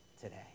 today